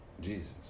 Jesus